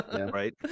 right